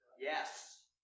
Yes